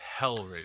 Hellraiser